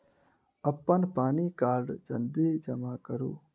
अप्पन पानि कार्ड जल्दी जमा करू?